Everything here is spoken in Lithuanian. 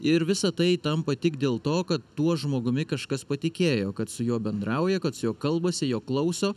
ir visa tai tampa tik dėl to kad tuo žmogumi kažkas patikėjo kad su juo bendrauja kad su juo kalbasi jo klauso